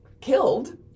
killed